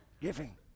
Giving